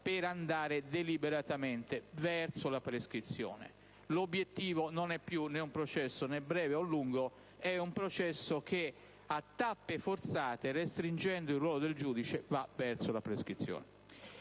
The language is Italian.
per andare deliberatamente verso la prescrizione. L'obiettivo non è più un processo, né breve né lungo, ma un processo che, a tappe forzate, restringendo il ruolo del giudice, va verso la prescrizione.